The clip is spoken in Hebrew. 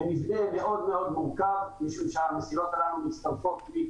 זה מאוד מאוד מורכב משום שהמסילות הללו מצטרפות ל-